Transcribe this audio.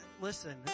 listen